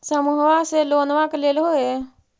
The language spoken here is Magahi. समुहवा से लोनवा लेलहो हे?